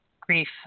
Grief